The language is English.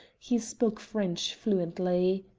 he spoke french fluently.